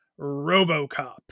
robocop